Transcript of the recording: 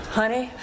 Honey